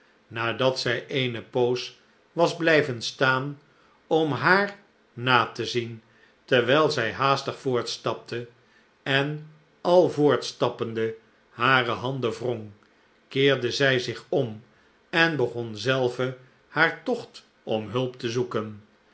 nadat zij eene poos was blijven staan om haar na te zien terwijl zij haastig voortstapte en al voortstappende hare handen wrong keerde zij zich om en begon zelve haar tocht om hulp te zoeken